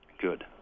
Good